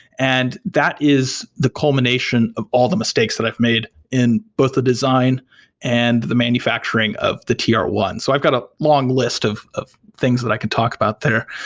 and that is the culmination of all the mistakes that i've made in both the design and the manufacturing of the t r one. so i've got a long list of of things that i could talk about there.